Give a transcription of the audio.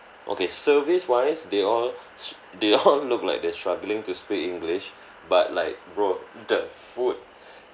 okay service wise they all s~ they all look like they're struggling to speak english but like bro the food